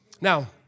Now